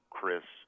Chris